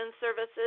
services